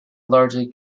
largely